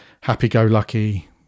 happy-go-lucky